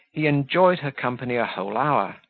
he enjoyed her company a whole hour,